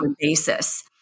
basis